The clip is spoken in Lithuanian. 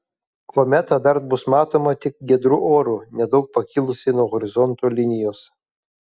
kometa dar bus matoma tik giedru oru nedaug pakilusi nuo horizonto linijos